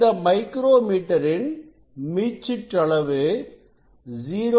இந்த மைக்ரோ மீட்டரின் மீச்சிற்றளவு 0